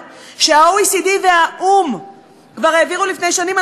שה-OECD והאו"ם העבירו כבר לפני שנים,